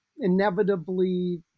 inevitably